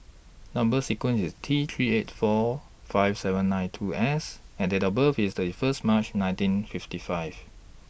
Number sequence IS T three eight four five seven nine two S and Date of birth IS thirty First March nineteen fifty five